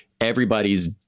Everybody's